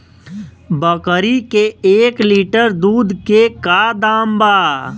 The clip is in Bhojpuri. बकरी के एक लीटर दूध के का दाम बा?